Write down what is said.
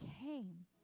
came